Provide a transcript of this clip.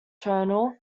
journal